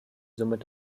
somit